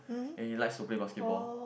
and he likes to play basketball